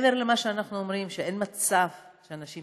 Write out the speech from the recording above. מעבר למה שאנחנו אומרים, שאין מצב שאנשים